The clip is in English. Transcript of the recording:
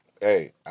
Hey